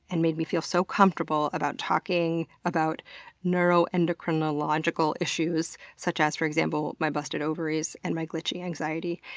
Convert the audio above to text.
and made me feel so comfortable about talking about neuroendocrinological issues, such as, for example, my busted ovaries and my glitchy anxiety.